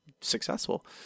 successful